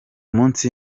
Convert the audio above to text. munsi